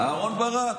אהרן ברק.